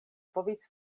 povis